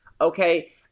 okay